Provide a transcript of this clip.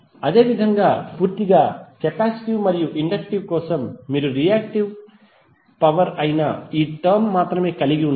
అదేవిధంగా పూర్తిగా కెపాసిటివ్ మరియు ఇండక్టివ్ లోడ్ల కోసం మీరు రియాక్టివ్ పవర్ అయిన ఈ టర్మ్ మాత్రమే కలిగి ఉంటారు